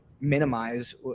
minimize